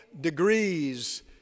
Degrees